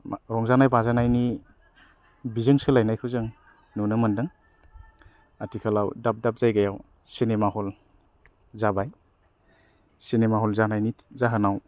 रंजानाय बाजानायनि बिजों सोलायनायखौ जों नुनो मोनदों आथिखालाव दाब दाब जायगायाव सिनेमा हल जाबाय सिनेमा हल जानायनि जाहोनाव